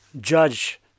judge